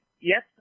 yes